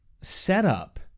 setup